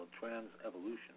Trans-Evolution